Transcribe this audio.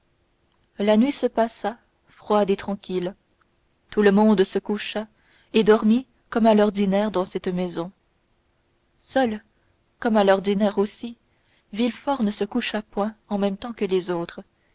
la nuit se passa froide et tranquille tout le monde se coucha et dormit comme à l'ordinaire dans cette maison seul comme à l'ordinaire aussi villefort ne se coucha point en même temps que les autres